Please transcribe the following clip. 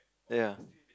ya